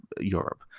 Europe